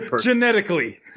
Genetically